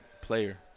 player